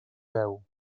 deu